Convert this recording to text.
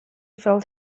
filled